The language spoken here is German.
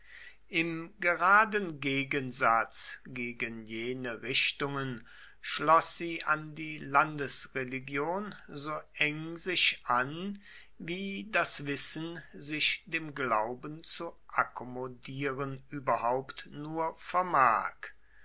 im geraden gegensatz gegen jene richtungen schloß sie an die landesreligion so eng sich an wie das wissen sich dem glauben zu akkommodieren überhaupt nur vermag